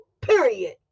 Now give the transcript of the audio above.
period